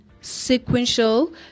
sequential